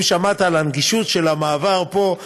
אם שמעת על הנגישות עקב המעבר פה,